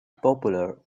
popular